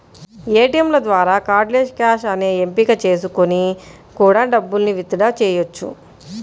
ఏటియంల ద్వారా cardless cash అనే ఎంపిక చేసుకొని కూడా డబ్బుల్ని విత్ డ్రా చెయ్యొచ్చు